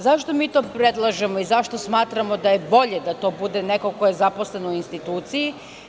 Zašto mi to predlažemo i zašto smatramo da je bolje da to bude neko ko je zaposlen u instituciji?